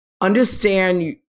understand